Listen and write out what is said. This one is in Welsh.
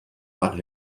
fan